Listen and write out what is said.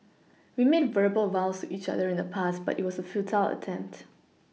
we made verbal vows to each other in the past but it was a futile attempt